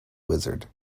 wizard